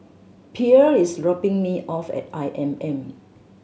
Pierre is dropping me off at I M M